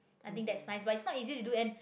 I think that's nice but it's not easy to do and